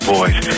Boys